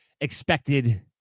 expected